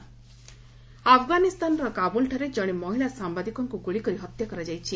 Afghan killed ଆଫଗାନିସ୍ତାନର କାବୁଲ୍ଠାରେ ଜଣେ ମହିଳା ସାମ୍ଘାଦିକଙ୍କୁ ଗୁଳିକରି ହତ୍ୟା କରାଯାଇଛି